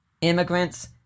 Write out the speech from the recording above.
immigrants